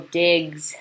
digs